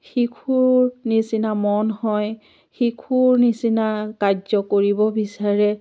শিশুৰ নিচিনা মন হয় শিশুৰ নিচিনা কাৰ্য কৰিব বিচাৰে